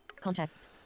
contacts